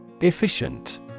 Efficient